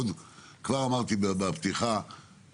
כמו שאמרתי בפתיחה,